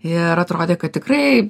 ir atrodė kad tikrai